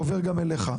עובר גם אליך.